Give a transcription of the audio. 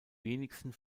wenigsten